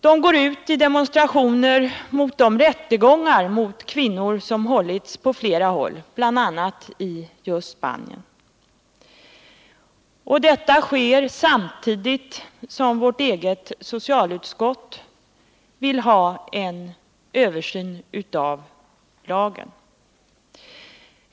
De går ut i demonstrationer mot de rättegångar mot kvinnor som hållits på flera håll, bl.a. i just Spanien. Detta sker samtidigt som vårt eget socialutskott vill ha en översyn av lagen.